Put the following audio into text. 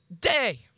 day